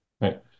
right